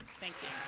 thank you.